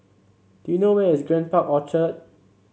do you know where is Grand Park Orchard